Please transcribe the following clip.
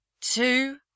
two